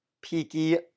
Peaky